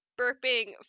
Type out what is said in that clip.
burping